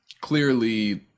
clearly